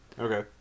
Okay